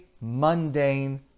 mundane